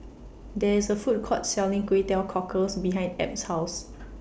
There IS A Food Court Selling Kway Teow Cockles behind Ebb's House